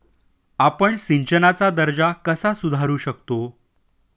आपण सिंचनाचा दर्जा कसा सुधारू शकतो?